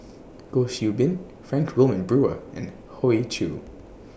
Goh Qiu Bin Frank Wilmin Brewer and Hoey Choo